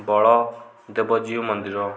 ବଳଦେବଜୀଉ ମନ୍ଦିର